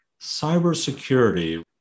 Cybersecurity